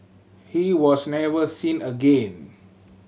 he was never seen again